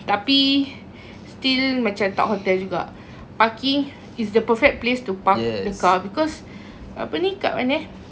tapi still macam tak hotel juga parking is the perfect place to park the car because apa ni kat mana eh